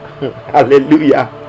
Hallelujah